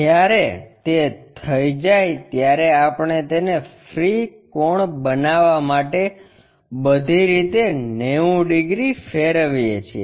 જ્યારે તે થઈ જાય ત્યારે આપણે તેને ફ્રી કોણ બનાવવા માટે બધી રીતે 90 ડિગ્રી ફેરવીએ છીએ